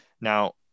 Now